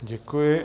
Děkuji.